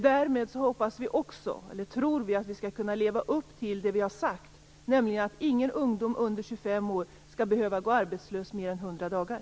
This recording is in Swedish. Därmed tror vi att vi skall kunna leva upp till det som vi har sagt, nämligen att ingen ungdom under 25 år skall behöva gå arbetslös i mer än 100 dagar.